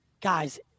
guys